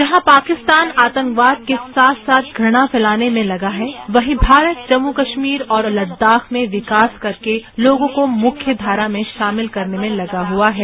जहां पाकिस्तान आतंकवाद के साथ साथ घृणा फैलाने में लगा है वहीं भारत जम्मू कश्मीर और लद्दाख में विकास करके लोगों को मुख्य धारा में शामिल करने में लगा हुआ है